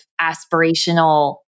aspirational